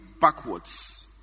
backwards